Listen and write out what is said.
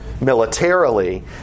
militarily